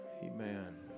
Amen